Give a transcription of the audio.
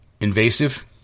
invasive